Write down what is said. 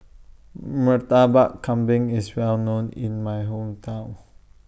Murtabak Kambing IS Well known in My Hometown